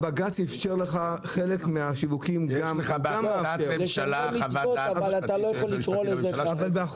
בג"צ אפשר לך חלק מהשיווקים גם --- אבל אתה לא יכול לקרוא לזה --- יש